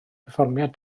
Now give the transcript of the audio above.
perfformiad